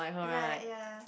right ya